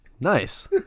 Nice